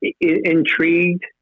Intrigued